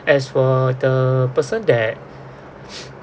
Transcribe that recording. as for the person that